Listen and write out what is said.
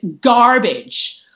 garbage